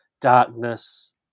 darkness